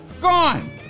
Gone